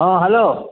ହଁ ହ୍ୟାଲୋ